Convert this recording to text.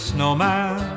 Snowman